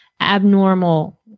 abnormal